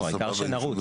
העיקר שנרוץ.